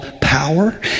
power